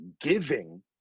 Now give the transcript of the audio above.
giving